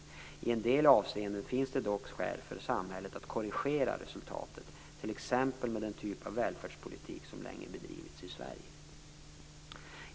I en del avseenden finns det dock skäl för samhället att korrigera resultatet t.ex. med den typ av välfärdspolitik som länge bedrivits i Sverige.